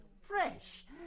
fresh